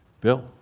Bill